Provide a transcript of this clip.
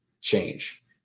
change